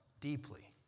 deeply